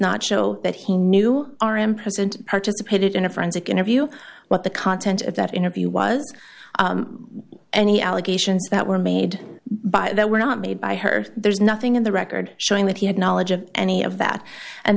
not show that he knew r m president participated in a forensic interview what the content of that interview was any allegations that were made by that were not made by her there's nothing in the record showing that he had knowledge of any of that and